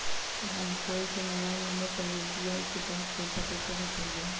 हम कोई के मोबाइल नंबर पर यू.पी.आई के तहत पईसा कईसे भेज सकली ह?